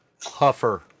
Huffer